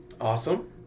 Awesome